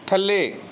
ਥੱਲੇ